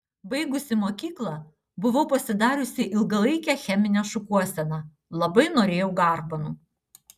baigusi mokyklą buvau pasidariusi ilgalaikę cheminę šukuoseną labai norėjau garbanų